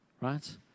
right